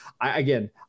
Again